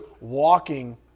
walking